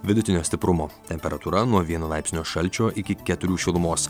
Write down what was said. vidutinio stiprumo temperatūra nuo vieno laipsnio šalčio iki keturių šilumos